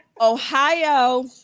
Ohio